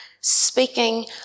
speaking